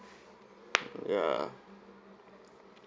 ya